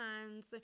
hands